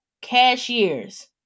cashiers